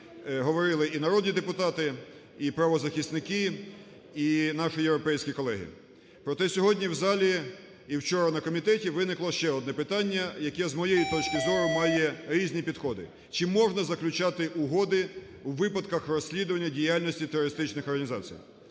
говорили і народні депутати, і правозахисники, і наші європейські колеги. Проте, сьогодні в залі і вчора на комітеті виникло ще одне питання, яке, з моєї точки зору, має різні підходи. Чи можна заключати угоди у випадках розслідування діяльності терористичних організацій?